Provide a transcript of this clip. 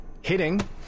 Hitting